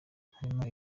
harimo